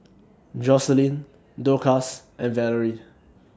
Joselin Dorcas and Valerie